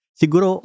siguro